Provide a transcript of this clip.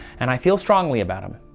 and i feel strongly about him.